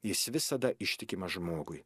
jis visada ištikimas žmogui